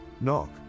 Knock